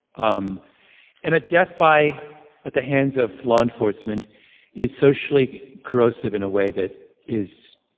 um and a death by at the hands of law enforcement is socially corrosive in a way that is,